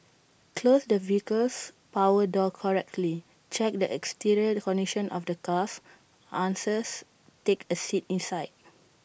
close the vehicle's power door correctly check the exterior condition of the cars take A seat inside